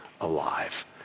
alive